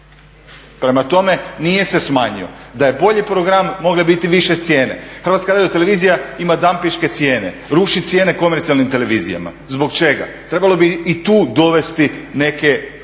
Prema tome, nije se smanjio. Da je bolji program mogle bi biti više cijene. HRT ima dampinške cijene, ruši cijene komercijalnim televizijama. Zbog čega? Trebalo bi i tu dovesti neke